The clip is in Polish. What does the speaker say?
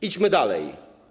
Idźmy dalej.